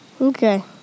Okay